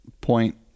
point